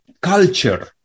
culture